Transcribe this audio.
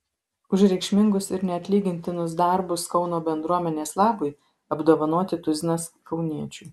už reikšmingus ir neatlygintinus darbus kauno bendruomenės labui apdovanoti tuzinas kauniečių